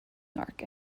york